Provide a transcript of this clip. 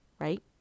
right